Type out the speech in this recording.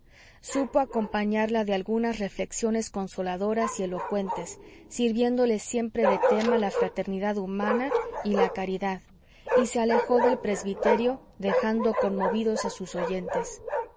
supo acompañarla de algunas reflexiones consoladoras y elocuentes sirviéndole siempre de tema la fraternidad humana y la caridad y se alejó del presbiterio dejando conmovidos a sus oyentes